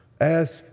Ask